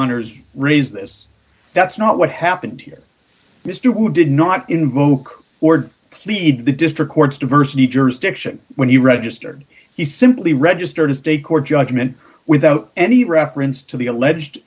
honour's raised this that's not what happened here mr wood did not invoke or plead the district court's diversity jurisdiction when you register he simply registered a state court judgment without any reference to the alleged